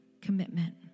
commitment